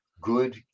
good